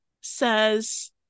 says